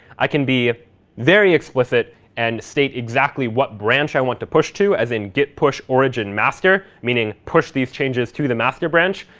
i can be very explicit and state exactly what branch i want to push to, as in git push origin master, meaning push these changes to the master branch.